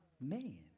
Man